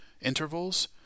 intervals